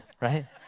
right